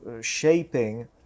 shaping